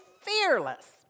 fearless